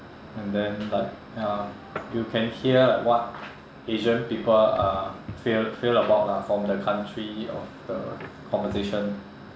and then like uh you can hear what asian people uh feel feel about lah from the country of the conversation